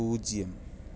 പൂജ്യം